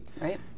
Right